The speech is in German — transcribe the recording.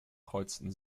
kreuzten